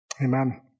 Amen